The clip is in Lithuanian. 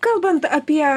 kalbant apie